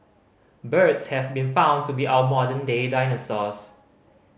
birds have been found to be our modern day dinosaurs